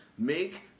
Make